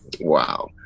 Wow